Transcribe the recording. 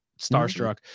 starstruck